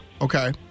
Okay